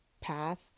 path